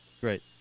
Great